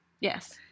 Yes